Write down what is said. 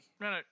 no